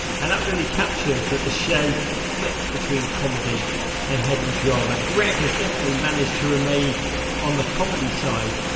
and that really captures that the show flips between comedy and heavy drama. greg has definitely managed to remain on the comedy side.